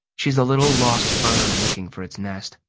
she's a little lost bird looking for its nest.